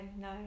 no